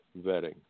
vetting